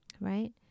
right